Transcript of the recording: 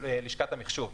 לשכת המחשוב.